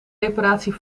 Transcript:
reparatie